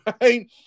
right